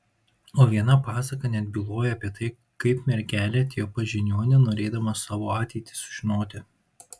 o viena pasaka net byloja apie tai kaip mergelė atėjo pas žiniuonę norėdama savo ateitį sužinoti